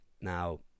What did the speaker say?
now